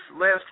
last